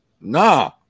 Nah